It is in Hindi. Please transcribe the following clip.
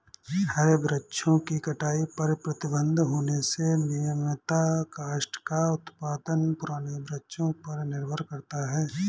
हरे वृक्षों की कटाई पर प्रतिबन्ध होने से नियमतः काष्ठ का उत्पादन पुराने वृक्षों पर निर्भर करता है